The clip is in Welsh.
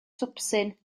twpsyn